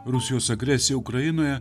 rusijos agresija ukrainoje